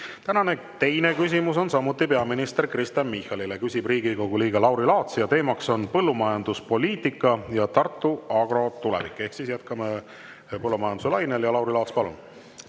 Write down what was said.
Tänane teine küsimus on samuti peaminister Kristen Michalile. Küsib Riigikogu liige Lauri Laats ja teema on põllumajanduspoliitika ja Tartu Agro tulevik. Ehk siis jätkame põllumajanduse lainel. Lauri Laats, palun!